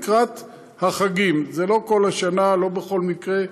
לקראת החגים, זה לא כל השנה, לא בכל מקרה.